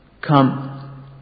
come